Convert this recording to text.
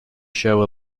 show